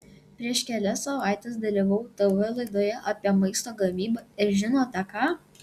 prieš kelias savaites dalyvavau tv laidoje apie maisto gamybą ir žinote ką